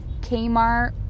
Kmart